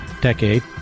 Decade